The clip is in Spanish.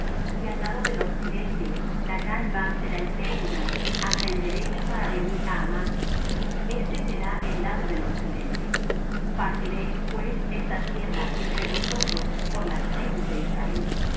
y al lado del occidente la gran mar será el término hasta en derecho para venir á hamath este será el lado del occidente partiréis pues esta tierra entre vosotros por las tribus de israel